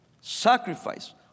sacrifice